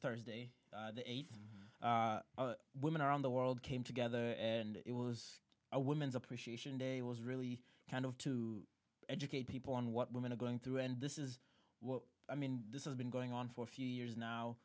thursday the eighth women around the world came together and it was a woman's appreciation day was really kind of to educate people on what women are going through and this is what i mean this has been going on for a few years